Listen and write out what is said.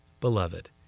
Beloved